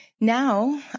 Now